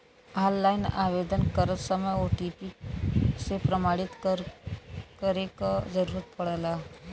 online आवेदन करत समय ओ.टी.पी से प्रमाणित करे क जरुरत पड़ला